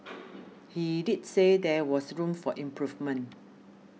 he did say there was room for improvement